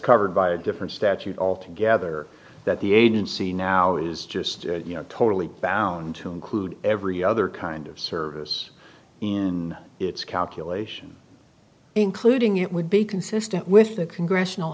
covered by a different statute altogether that the agency now is just totally bound to include every other kind of service in its calculation including it would be consistent with the congressional